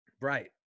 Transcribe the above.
Right